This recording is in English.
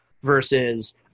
versus